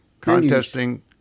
Contesting